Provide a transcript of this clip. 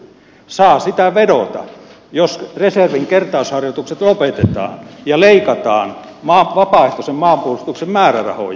saa sitä vedota jos reservin kertausharjoitukset lopetetaan ja leikataan vapaaehtoisen maanpuolustuksen määrärahoja